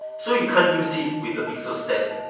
so you can't use it with the pixel stand.